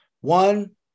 One